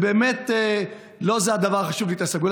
באמת, זה לא זה הדבר החשוב להתעסק בו.